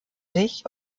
sich